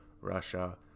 Russia